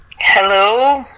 Hello